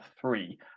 three